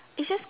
its just